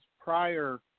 prior